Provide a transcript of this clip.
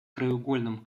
краеугольным